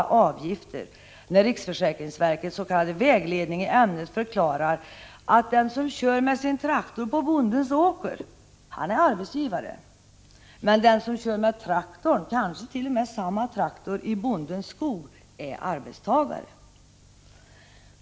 1985/86:38 avgifter, när riksförsäkringsverkets s.k. vägledning i ämnet ”förklarar” att 27 november 1985 den som kör med sin traktor på bondens åker är arbetsgivare, medan den som GH kör med sin traktor, kanske t.o.m. samma traktor, i bondens skog är arbetstagare?